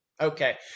Okay